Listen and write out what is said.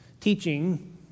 teaching